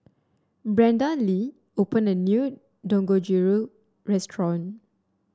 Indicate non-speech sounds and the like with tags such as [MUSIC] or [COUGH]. Brandee [UNINTELLIGIBLE] opened a new Dangojiru Restaurant